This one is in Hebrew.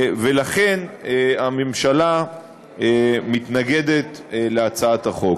לכן הממשלה מתנגדת להצעת החוק.